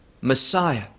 Messiah